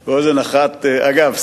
אגב,